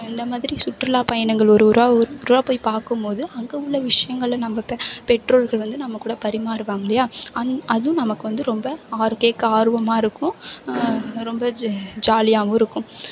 இந்த மாதிரி சுற்றுலா பயணங்கள் ஊர் ஊராக ஊர் ஊராக போய் பார்க்கும் போதும் அங்கே உள்ள விஷயங்கள நம்மள்கிட்ட பெற்றோர்கள் வந்து நம்மகூட பரிமாறுவாங்க இல்லயா அங்கே அதுவும் நமக்கு வந்து ரொம்ப ஆர் கேட்க ஆர்வமாக இருக்கும் ரொம்ப ஜெ ஜாலியாகவும் இருக்கும்